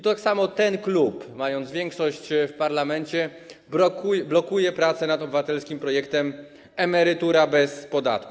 Tak samo ten klub, mając większość w parlamencie, blokuje prace nad obywatelskim projektem emerytura bez podatku.